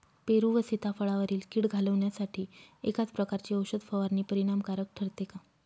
पेरू व सीताफळावरील कीड घालवण्यासाठी एकाच प्रकारची औषध फवारणी परिणामकारक ठरते का?